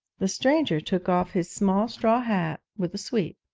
the stranger took off his small straw hat with a sweep.